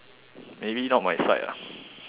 maybe not my side lah